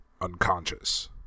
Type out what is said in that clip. unconscious